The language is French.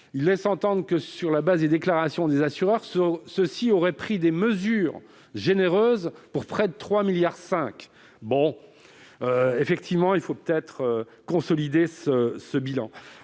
laisse entendre que, sur la base des déclarations des assureurs, ceux-ci auraient pris des mesures généreuses pour près de 3,5 milliards d'euros. Il conviendra peut-être de consolider le bilan.